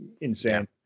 insane